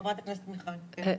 חברת הכנסת מיכל וונש, בבקשה.